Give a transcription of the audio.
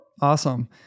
Awesome